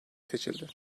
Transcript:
seçildi